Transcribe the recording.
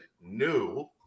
new